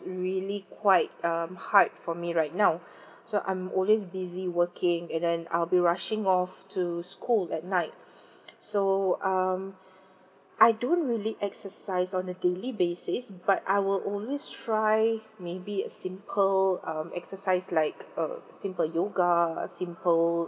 really quite um hard for me right now so I'm always busy working and then I'll be rushing off to school at night so um I don't really exercise on a daily basis but I will always try maybe a simple um exercise like uh simple yoga err simple